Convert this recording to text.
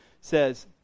says